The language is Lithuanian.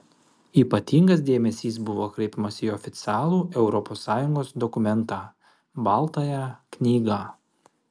ypatingas dėmesys buvo kreipiamas į oficialų europos sąjungos dokumentą baltąją knygą